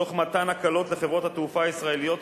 תוך מתן הקלות לחברות התעופה הישראליות,